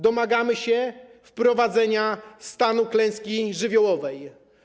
Domagamy się wprowadzenia stanu klęski żywiołowej.